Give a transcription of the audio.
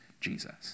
Jesus